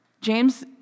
James